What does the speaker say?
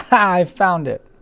i found it!